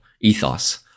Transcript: ethos